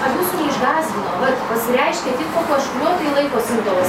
ar jūsų neišsgąsdino vat pasireiškė tik po kažkurio tai laiko simptomas